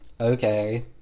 okay